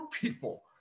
people